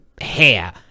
hair